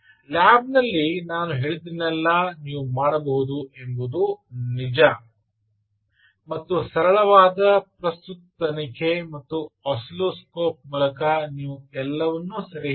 lab ನಲ್ಲಿ ನಾನು ಹೇಳಿದ್ದನ್ನೆಲ್ಲಾ ನೀವು ಮಾಡಬಹುದು ಎಂಬುದು ನಿಜ ಮತ್ತು ಸರಳವಾದ ಪ್ರಸ್ತುತ ತನಿಖೆ ಮತ್ತು ಆಸಿಲ್ಲೋಸ್ಕೋಪ್ ಮೂಲಕ ನೀವು ಎಲ್ಲವನ್ನೂ ಸೆರೆಹಿಡಿಯಬಹುದು